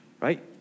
Right